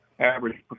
average